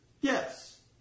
yes